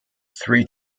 three